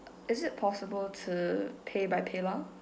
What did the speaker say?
is it possible to pay by PayLah